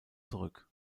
zurück